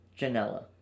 Janela